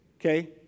Okay